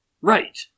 Right